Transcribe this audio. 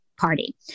Party